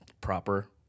proper